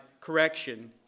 correction